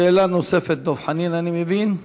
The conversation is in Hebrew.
שאלה נוספת, דב חנין, אני מבין.